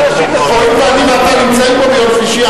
הואיל ואני ואתה נמצאים פה ביום שלישי,